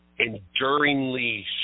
Enduringly